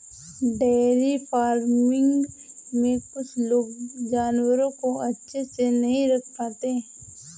dairy farming में कुछ लोग जानवरों को अच्छे से नहीं रख पाते